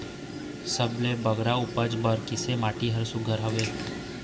सबले बगरा उपज बर किसे माटी हर सुघ्घर हवे?